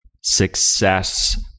success